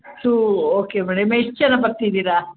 two okay madam ಎಷ್ಟು ಜನ ಬರ್ತಿದೀರಾ